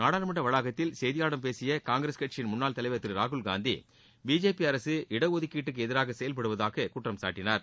நாடாளுமன்ற வளாகத்தில் செய்தியாளர்களிடம் பேசிய காங்கிரஸ் கட்சியின் முன்னாள் தலைவர் திரு ராகுல்காந்தி பிஜேபி அரசு இடஒதுக்கீட்டுக்கு எதிராக செயல்படுவதாக குற்றம்சாட்டினார்